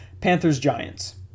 Panthers-Giants